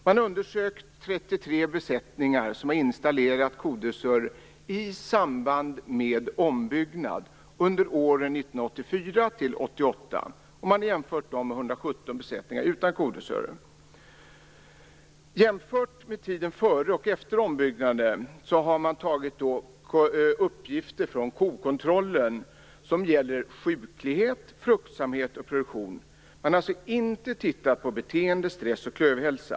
Man har undersökt 33 besättningar där man har installerat kodressörer i samband med ombyggnad under åren 1984-1988. Man har jämfört dem med 117 besättningar utan kodressörer. Man har jämfört tiden före och efter ombyggnaden, och man har tagit uppgifter från kokontrollen som gäller sjuklighet, fruktsamhet och produktion. Man har alltså inte tittat på beteende, stress och klövhälsa.